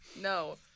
No